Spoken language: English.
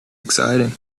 exciting